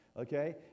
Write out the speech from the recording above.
okay